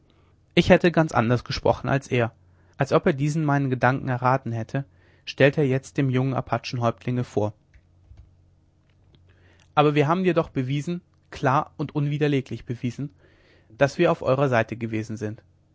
ich hätte ganz anders gesprochen als er als ob er diesen meinen gedanken erraten hätte stellte er jetzt dem jungen apachenhäuptlinge vor aber wir haben dir doch bewiesen klar und unwiderleglich bewiesen daß wir auf eurer seite gewesen sind